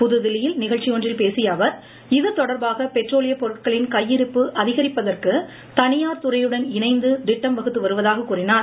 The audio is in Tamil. புதுதில்லியில் நிகழ்ச்சி ஒன்றில் பேசிய அவர் இதுதொடர்பாக பெட்ரோலியப் பொருட்களின் கையிருப்பு அதிகரிப்பதற்கு தனியார் துறையுடன் இணைந்து திட்டம் வகுத்து வருவதாக கூறினார்